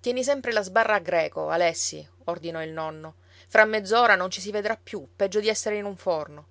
tieni sempre la sbarra a greco alessi ordinò il nonno fra mezz'ora non ci si vedrà più peggio di essere in un forno